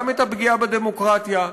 גם את הפגיעה בדמוקרטיה,